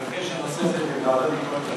אני מבקש שהנושא הזה יהיה בוועדת ביקורת המדינה,